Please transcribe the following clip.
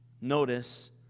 Notice